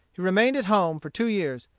he remained at home for two years,